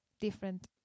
different